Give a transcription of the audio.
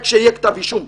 רק שהיה כתב אישום.